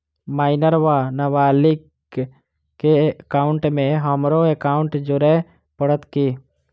Minor वा नबालिग केँ एकाउंटमे हमरो एकाउन्ट जोड़य पड़त की?